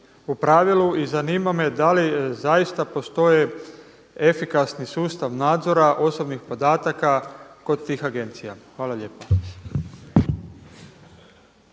u pravilu. U zanima me da li zaista postoje efikasni sustav nadzora osobnih podataka kod tih agencija? Hvala lijepa.